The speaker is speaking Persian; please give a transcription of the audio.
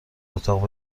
اتاق